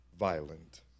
violent